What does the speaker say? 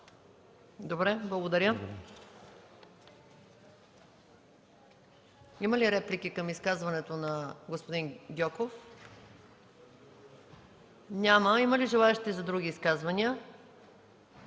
МАЯ МАНОЛОВА: Има ли реплики към изказването на господин Гьоков? Няма. Има ли желаещи за други изказвания?